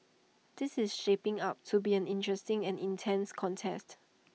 this is shaping up to be an interesting and intense contest